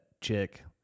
chick